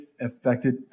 affected